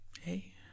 hey